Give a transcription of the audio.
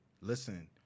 listen